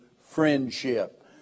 friendship